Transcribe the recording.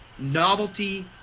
novelty,